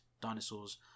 dinosaurs